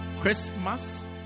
Christmas